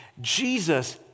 Jesus